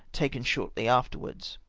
taken shortly afterwards.